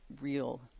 real